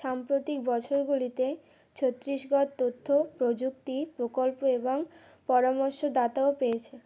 সাম্প্রতিক বছরগুলিতে ছত্রিশগড় তথ্য প্রযুক্তি প্রকল্প এবং পরামর্শ দাতাও পেয়েছে